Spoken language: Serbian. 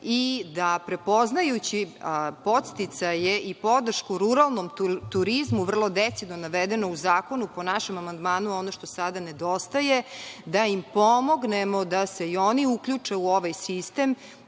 i da prepoznajući podsticaje i podršku ruralnom turizmu vrlo decidno navedeno u zakonu, po našem amandmanu ono što sada nedostaje, da im pomognemo da se i oni uključe u ovaj sistem